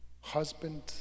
husband